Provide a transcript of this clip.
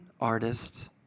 artist